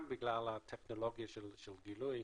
גם בגלל הטכנולוגיה של הגילוי,